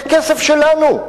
זה כסף שלנו.